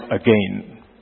again